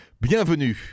bienvenue